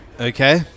Okay